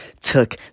took